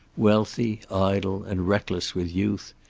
wealthy, idle and reckless with youth,